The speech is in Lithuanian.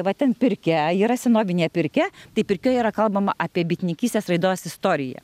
va ten pirkia yra senovinė pirkia tai pirkioj yra kalbama apie bitininkystės raidos istoriją